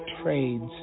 trades